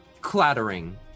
clattering